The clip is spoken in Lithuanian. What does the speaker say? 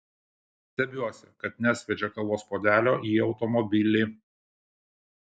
stebiuosi kad nesviedžia kavos puodelio į automobilį